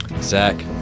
Zach